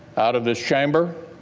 out of this chamber.